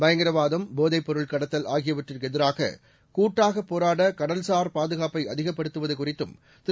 பயங்கரவாதம் போதைப் பொருள்கடத்தல் ஆகியவற்றுக்கு எதிராக கூட்டாக போராட கடல்சார் பாதுகாப்பை அதிகப்படுத்துவது குறித்தும் திரு